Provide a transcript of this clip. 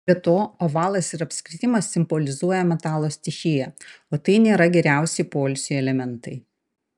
be to ovalas ir apskritimas simbolizuoja metalo stichiją o tai nėra geriausi poilsiui elementai